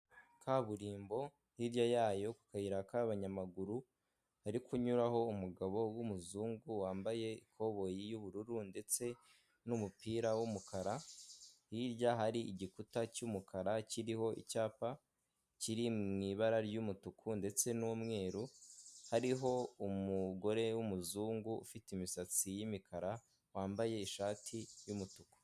Kaburimbo hirya yayo ku kayiraka k'abanyamaguru hari kunyuraho umugabo w'umuzungu wambaye ikoboyi y'ubururu ndetse n'umupira w'umukara, hirya hari igikuta cy'umukara kiriho icyapa kiri mu ibara ry'umutuku ndetse n'umweru, hariho umugore w'umuzungu ufite imisatsi y'imikara wambaye ishati y'umutuku.